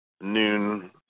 noon